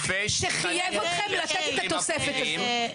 שחייב אתכם לתת את התוספת הזאת.